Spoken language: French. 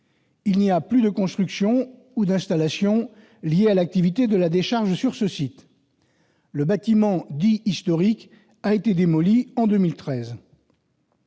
Il n'y a plus de constructions ou d'installations liées à l'activité de la décharge sur le site. Le bâtiment « historique » a été démoli en 2013.